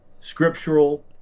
scriptural